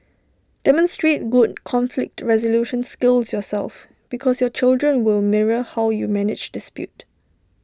demonstrate good conflict resolution skills yourself because your children will mirror how you manage dispute